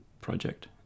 project